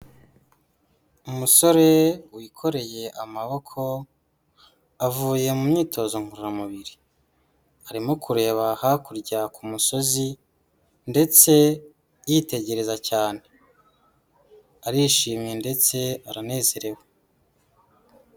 Umusore wikoreye amaboko, avuye mu myitozo ngororamubiri. Arimo kureba hakurya ku musozi, ndetse yitegereza cyane .Arishimye ndetse aranezerewe.